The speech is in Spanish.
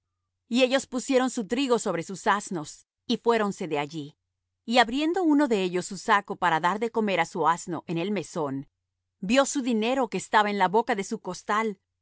y ellos pusieron su trigo sobre sus asnos y fuéronse de allí y abriendo uno de ellos su saco para dar de comer á su asno en el mesón vió su dinero que estaba en la boca de su costal